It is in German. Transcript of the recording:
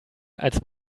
als